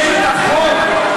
אשת החוק,